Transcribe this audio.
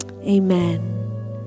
Amen